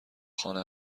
خانه